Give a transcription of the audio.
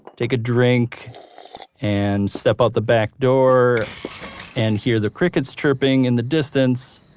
take a drink and step out the back door and hear the crickets chirping in the distance.